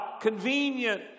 convenient